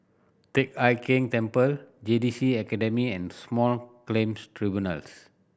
Teck Hai Keng Temple J T C Academy and Small Claims Tribunals